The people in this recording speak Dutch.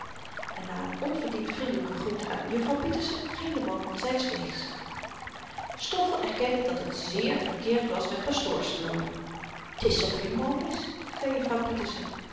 en na n onverdiend vriendelyken groet aan juffrouw pieterse ging de man zyns weegs stoffel erkende dat het zeer verkeerd was met pastoors te loopen t is of-i mal is zei juffrouw pieterse